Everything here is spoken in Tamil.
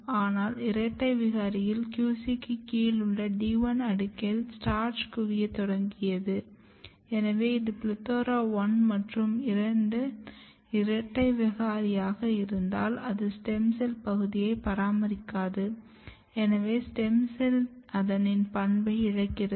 ஆனால் இரட்டை விகாரியில் QC க்கு கீழ் உள்ள D 1 அடுக்கில் ஸ்டார்ச்க் குவியத் தொடங்கியது எனவே இது PLETHORA 1 மற்றும் 2 இரட்டை விகாரியாக இருந்தால் அது ஸ்டெம் செல் பகுதியை பராமரிக்காது எனவே ஸ்டெம் செல் அதனின் பண்பை இழக்கிறது